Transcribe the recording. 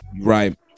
right